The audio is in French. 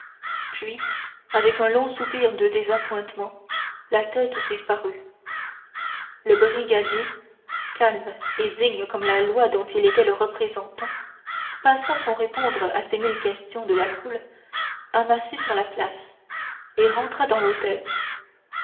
puis avec un long soupir de désappointement la tête disparut le brigadier calme et digne comme la loi dont il était le représentant passa sans répondre à ces mille questions de la foule amassée sur la place et rentra dans l'hôtel